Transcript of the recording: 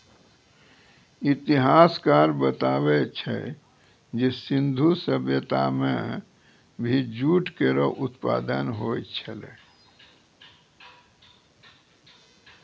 इतिहासकार बताबै छै जे सिंधु सभ्यता म भी जूट केरो उत्पादन होय छलै